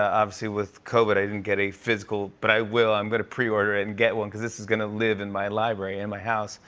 obviously with covid, i didn't get a physical but i will. i'm going to preorder it and get one cause this is going to live in my library in and my house.